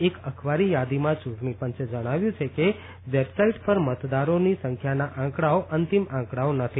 એક અખબારી યાદીમાં ચૂંટણી પંચે જણાવ્યું છે કે વેબસાઇટ પર મતદારોની સંખ્યાના આંકડાઓ અંતિમ આંકડાઓ નથી